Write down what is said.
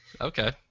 Okay